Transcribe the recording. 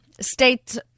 State